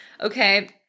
Okay